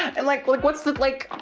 and like, like what's the like,